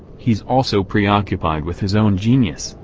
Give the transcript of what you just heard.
he's all so preoccupied with his own genius,